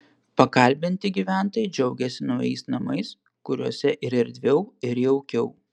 pakalbinti gyventojai džiaugėsi naujais namais kuriuose ir erdviau ir jaukiau